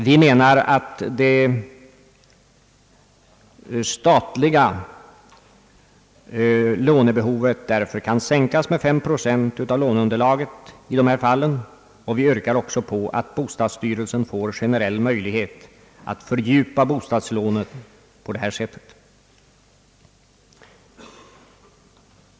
Vi menar att det statliga lånebehovet därför kan sänkas med 5 procent av låneunderlaget i dessa fall. Vi yrkar också på att bostadsstyrelsen får generell möjlighet att fördjupa bostadslånet på detta sätt.